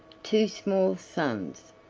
two small sons,